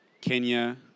Kenya